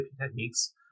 techniques